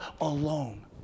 alone